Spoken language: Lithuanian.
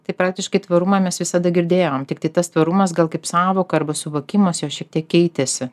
tai praktiškai tvarumą mes visada girdėjom tiktai tas tvarumas gal kaip sąvoka arba suvokimas jos šiek tiek keitėsi